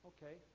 Okay